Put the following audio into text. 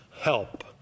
help